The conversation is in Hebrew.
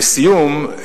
לסיום,